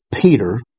Peter